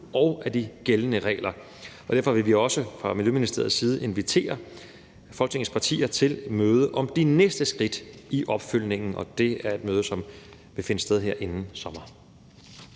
og af de gældende regler. Derfor vil vi også fra Miljøministeriets side invitere Folketingets partier til et møde om de næste skridt i opfølgningen, og det er et møde, som vil finde sted her inden sommer.